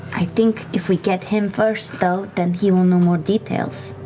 i think if we get him first though, then he will know more details.